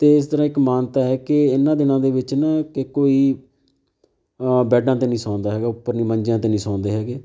ਅਤੇ ਇਸ ਤਰ੍ਹਾਂ ਇੱਕ ਮਾਨਤਾ ਹੈ ਕਿ ਇਹਨਾਂ ਦਿਨਾਂ ਦੇ ਵਿੱਚ ਨਾ ਕਿ ਕੋਈ ਬੈਡਾਂ 'ਤੇ ਨਹੀਂ ਸੌਂਦਾ ਹੈਗਾ ਉੱਪਰ ਨਹੀਂ ਮੰਜਿਆਂ 'ਤੇ ਨਹੀਂ ਸੌਂਦੇ ਹੈਗੇ